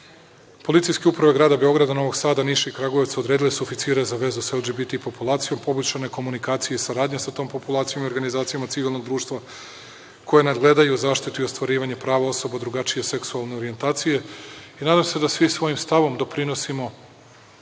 Policijske uprave Grada Beograda, Novog Sada, Niša i Kragujevca odredile su oficire za vezu sa LGBT populacijom. Poboljšana je komunikacija i saradnja sa tom populacijom i organizacijama civilnog društva koje nadgledaju zaštitu i ostvarivanje prava osoba drugačije seksualne orijentacije i nadam se da svi svojim stavom doprinosimo